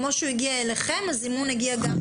כמו שהוא הגיע אליכם, הזימון הגיע גם אליהם.